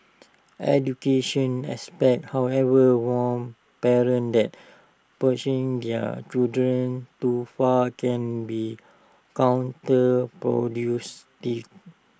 education aspect however warn parents that pushing their children too far can be counter produce